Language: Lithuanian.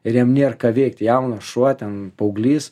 ir jam nėr ką veikt jaunas šuo ten paauglys